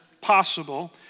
possible